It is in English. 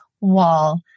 wall